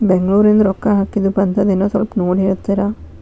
ಬೆಂಗ್ಳೂರಿಂದ ರೊಕ್ಕ ಹಾಕ್ಕಿದ್ದು ಬಂದದೇನೊ ಸ್ವಲ್ಪ ನೋಡಿ ಹೇಳ್ತೇರ?